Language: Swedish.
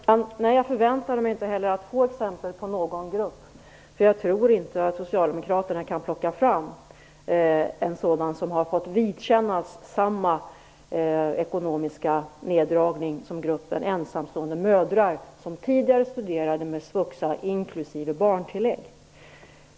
Fru talman! Nej, jag förväntade mig inte heller att få exempel på någon grupp, för jag tror inte att socialdemokraterna kan plocka fram en sådan som har fått vidkännas samma ekonomiska neddragning som ensamstående mödrar som tidigare studerade med svuxa inklusive barntillägg.